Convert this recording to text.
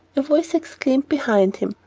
a voice exclaimed behind him,